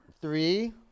Three